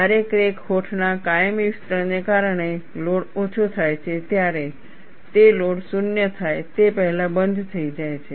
જ્યારે ક્રેક હોઠના કાયમી વિસ્તરણને કારણે લોડ ઓછો થાય છે ત્યારે તે લોડ 0 થાય તે પહેલાં બંધ થઈ જાય છે